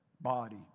body